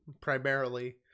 primarily